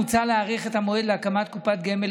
מוצע להאריך את המועד להקמת קופת גמל